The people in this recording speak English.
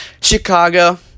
Chicago